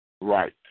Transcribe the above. right